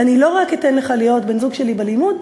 ואני לא רק אתן לך להיות בן-זוג שלי בלימוד,